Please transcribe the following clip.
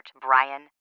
Brian